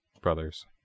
brothers